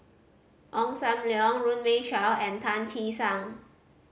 Ong Sam Leong Runme Shaw and Tan Che Sang